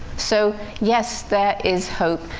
so, yes, there is hope,